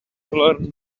learn